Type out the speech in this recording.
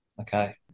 Okay